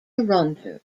toronto